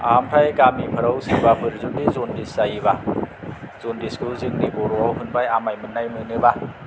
ओमफ्राय गामिफोराव सोरबाफोर जुदि जन्दिस जायोबा जन्दिसखौ जोंनि बर'आव होनबाय आमाय मोननाय मोनोबा